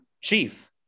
chief